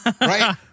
Right